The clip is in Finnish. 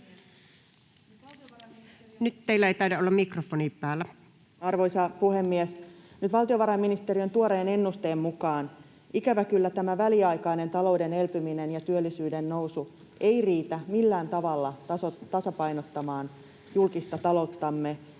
ollessa suljettuna] Arvoisa puhemies! Nyt valtiovarainministeriön tuoreen ennusteen mukaan ikävä kyllä tämä väliaikainen talouden elpyminen ja työllisyyden nousu ei riitä millään tavalla tasapainottamaan julkista talouttamme,